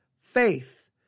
faith